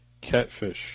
Catfish